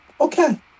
Okay